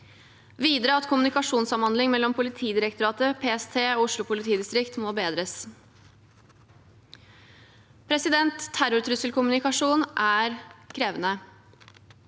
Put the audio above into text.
videre at kommunikasjonssamhandling mellom Politidirektoratet, PST og Oslo politidistrikt må bedres. Terrortrusselkommunikasjon er krevende.